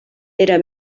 era